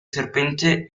serpente